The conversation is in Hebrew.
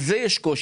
לגבי